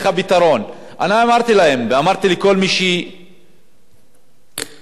אני אמרתי להם ואמרתי לכל מי שמעורב בנושא,